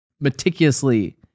meticulously